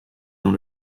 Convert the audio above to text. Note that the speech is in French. dans